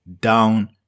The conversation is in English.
down